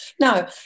no